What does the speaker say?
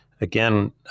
again